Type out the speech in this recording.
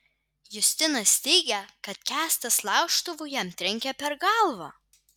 justinas teigia kad kęstas laužtuvu jam trenkė per galvą